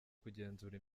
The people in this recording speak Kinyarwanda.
kugenzura